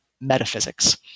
metaphysics